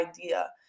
idea